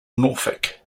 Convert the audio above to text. norfolk